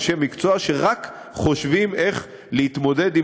אנשי מקצוע שרק חושבים איך להתמודד עם